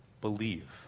believe